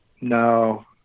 no